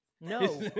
No